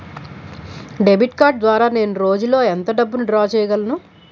Debit card ద్వారా నేను రోజు లో ఎంత డబ్బును డ్రా చేయగలను?